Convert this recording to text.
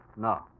No